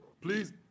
Please